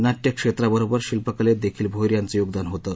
नाट्य क्षेत्राबरोबर शिल्पकलेत देखील भोईर यांचं योगदान होतं